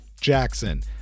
Jackson